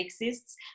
exists